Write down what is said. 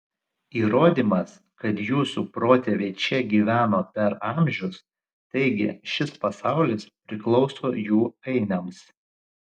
įrodymas kad jūsų protėviai čia gyveno per amžius taigi šis pasaulis priklauso jų ainiams